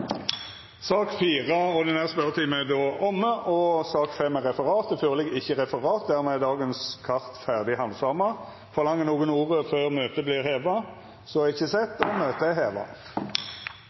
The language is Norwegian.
er sak nr. 4, den ordinære spørjetimen, omme. Det ligg ikkje føre noko referat. Dermed er dagens kart ferdighandsama. Forlanger nokon ordet før møtet vert heva? Det ser ikkje slik ut. – Møtet er heva.